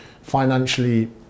financially